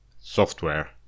software